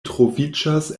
troviĝas